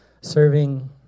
serving